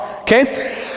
okay